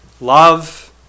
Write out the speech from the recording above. love